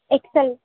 X L